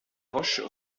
roches